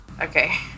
Okay